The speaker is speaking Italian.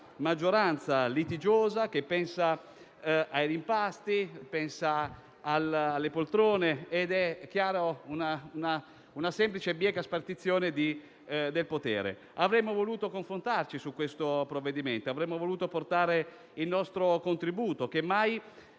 maggioranza litigiosa, che pensa ai rimpasti e alle poltrone. È chiaro che è una semplice e bieca spartizione del potere. Avremmo voluto confrontarci su questo provvedimento. Avremmo voluto portare il nostro contributo, che mai